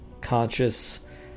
conscious